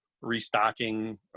restocking